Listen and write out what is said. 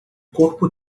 corpo